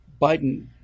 Biden